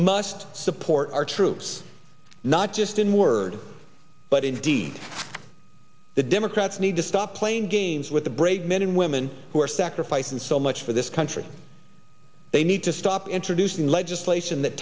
must support our troops not just in word but indeed the democrats need to stop playing games with the brave men and women who are sacrificing so much for this country they need to stop introducing legislation that